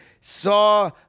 saw